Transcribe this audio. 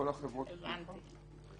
כל חברות התעופה?